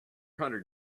hundred